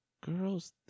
girls